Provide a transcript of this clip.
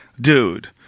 dude